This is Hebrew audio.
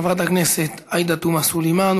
חברת הכנסת עאידה תומא סלימאן,